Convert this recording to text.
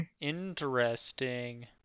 Interesting